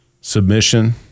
submission